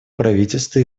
правительство